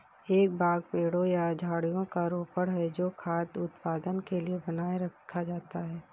एक बाग पेड़ों या झाड़ियों का रोपण है जो खाद्य उत्पादन के लिए बनाए रखा जाता है